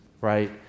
right